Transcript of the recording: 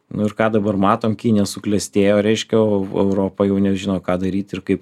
nu ir ką dabar matom kinija suklestėjo reiškia o o europa jau nežino ką daryti ir kaip